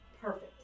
Perfect